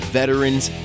veterans